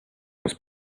was